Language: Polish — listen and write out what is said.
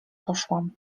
poszłam